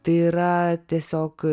tai yra tiesiog